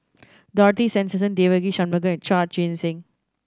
Dorothy Tessensohn Devagi Sanmugam and Chua Joon Siang